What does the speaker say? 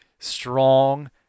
strong